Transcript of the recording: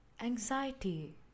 anxiety